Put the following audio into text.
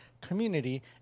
community